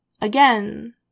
again